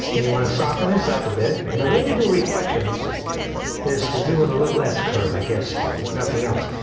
and you want to soften this up a bit. and the way to do reflections is to do a little s curve i guess if if nothing else.